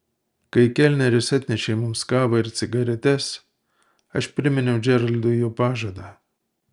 kai kelneris atnešė mums kavą ir cigaretes aš priminiau džeraldui jo pažadą